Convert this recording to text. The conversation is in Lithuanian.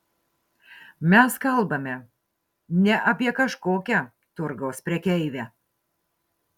mes kalbame ne apie kažkokią turgaus prekeivę